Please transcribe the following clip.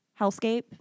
hellscape